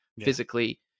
physically